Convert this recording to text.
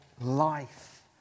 life